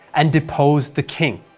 and deposed the king.